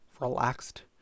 relaxed